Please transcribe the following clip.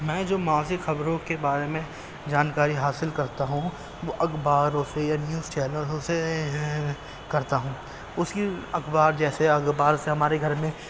میں جو معاشی خبروں کے بارے میں جانکاری حاصل کرتا ہوں وہ اخباروں سے یا نیوز چینلوں سے کرتا ہوں اس کی اخبار جیسے اخبار سے ہمارے گھر میں